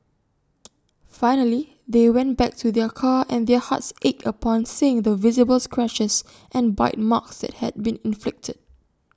finally they went back to their car and their hearts ached upon seeing the visible scratches and bite marks that had been inflicted